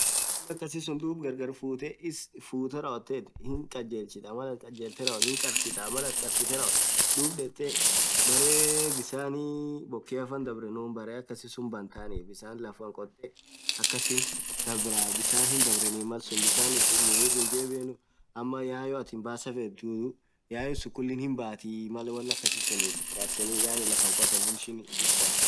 Wonn akhasisun dhub gargar futhee issi futhee hinn khal. jelchitha Mal athin khal jelthe rawothu hinn karsitha Mal athin karsith rawothu dhub dhethee berre bisaniii bokkea faaa dhab renunn berre akhasisun banthani bisan lafan khotee akhasin dhab raaa bisan hin dhabreni malsun bisan miin nirrn hijebiaenu amma yayo athin basaa feth dhudhu yayo sunn khulii hin bathii Mal won akasisunn kharseni lafan khoten